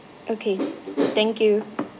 okay thank you